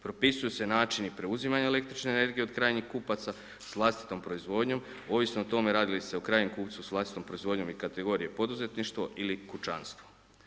Propisuju se načini preuzimanja električne energije od krajnjih kupaca s vlastitom proizvodnjom ovisno o tome radi li se o krajnjem kupcu s vlastitom proizvodnjom i kategorije poduzetništvo ili kućanstvo.